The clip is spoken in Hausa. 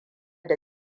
da